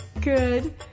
Good